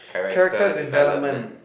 character development